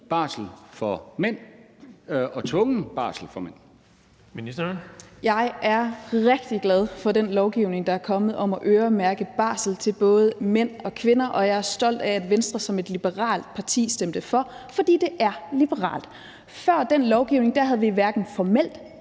for ligestilling (Marie Bjerre): Jeg er virkelig glad for den lovgivning, der er kommet, om at øremærke til både mænd og kvinder, og jeg er stolt af, at Venstre som et liberalt parti stemte for. For det er liberalt. Før den lovgivning havde vi hverken formel